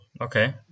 okay